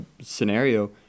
scenario